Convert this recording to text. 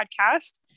Podcast